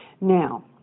Now